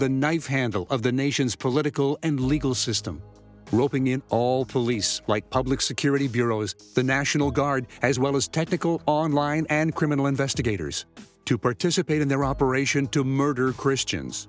the knife handle of the nation's political and legal system roping in all police like public security bureau is the national guard as well as technical online and criminal investigators to participate in their operation to murder christians